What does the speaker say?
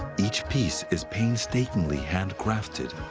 each piece is painstakingly handcrafted.